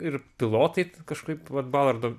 ir pilotai kažkaip vat balardo